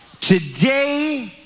today